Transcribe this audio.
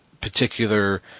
particular